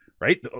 right